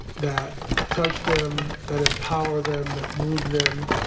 that touch them, that empower them, that move them.